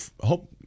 hope